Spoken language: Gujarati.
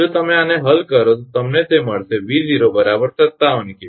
જો તમે આને હલ કરો તો તમને તે મળશે 𝑉0 57 𝑘𝑉